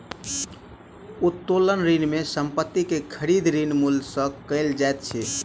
उत्तोलन ऋण में संपत्ति के खरीद, ऋण मूल्य सॅ कयल जाइत अछि